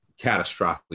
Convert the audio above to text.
catastrophically